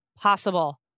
possible